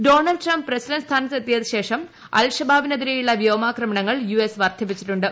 Donald Trump president സ്ഥാനത്തെത്തിയ ശേഷം അൽ ഷബാബിനെതിരെയുള്ള വ്യോമാക്രമണങ്ങൾ യു എസ് വർദ്ധിപ്പിച്ചിട്ടുണ്ട്